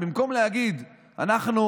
במקום להגיד: אנחנו